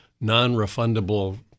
non-refundable